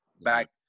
back